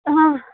ہاں